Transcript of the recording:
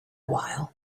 while